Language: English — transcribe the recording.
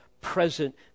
present